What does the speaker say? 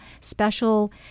special